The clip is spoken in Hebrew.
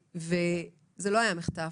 זה לא היה מחטף.